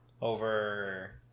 over